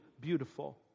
beautiful